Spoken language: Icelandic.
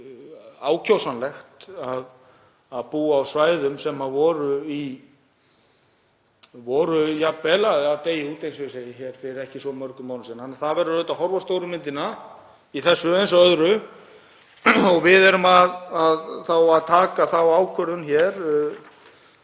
ákjósanlegt að búa á svæðum sem voru jafnvel að deyja út, eins og ég segi hér, fyrir ekki svo mörgum árum síðan. Það verður auðvitað að horfa á stóru myndina í þessu eins og öðru. Við erum að taka þá ákvörðun hér,